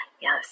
Yes